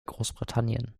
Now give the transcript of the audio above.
großbritannien